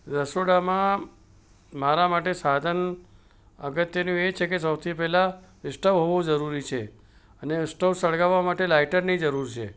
રસોડામાં મારા માટે સાધન અગત્યનું એ છે સૌથી પેહેલાં સ્ટવ હોવું જરૂરી છે અને સ્ટવ સળગાવા માટે લાઇટરની જરૂર છે